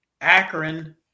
Akron